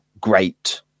great